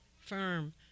firm